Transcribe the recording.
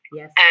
Yes